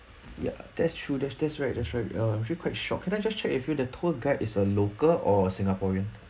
ya that's true that's that's right that's right uh actually quite shock can I just check with you the tour guide is a local or singaporean